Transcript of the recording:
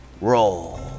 roll